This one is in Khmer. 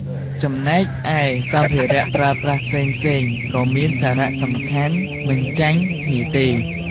ចំណែកឯ សម្ភារៈប្រើប្រាស់ផ្សេងៗ ក៏មានសារៈសំខាន់មិនចាញ់គ្នាទេ។